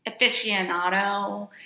aficionado